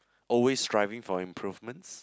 always striving for improvements